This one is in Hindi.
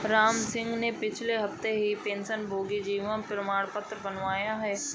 रामसिंह ने पिछले हफ्ते ही पेंशनभोगी जीवन प्रमाण पत्र बनवाया है